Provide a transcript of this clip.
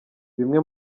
bimwe